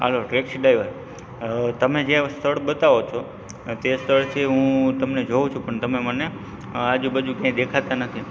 hello taxi driver અ તમે જે સ્થળ બતાવો છો તે સ્થળથી હું તમને જોઉં છું પણ તમે મને આજુબાજુ ક્યાંય દેખાતા નથી